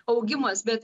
augimas bet